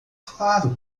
claro